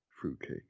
fruitcake